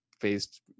faced